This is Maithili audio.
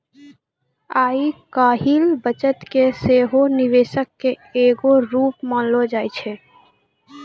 आइ काल्हि बचत के सेहो निवेशे के एगो रुप मानलो जाय छै